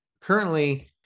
Currently